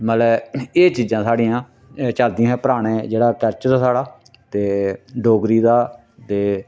मतलब एह् चीजां साढ़ियां चलदियां हियां पराने जेह्ड़ा कल्चर हा साढ़ा ते डोगरी दा ते